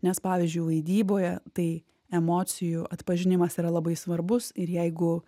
nes pavyzdžiui vaidyboje tai emocijų atpažinimas yra labai svarbus ir jeigu